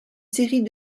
série